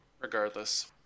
regardless